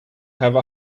have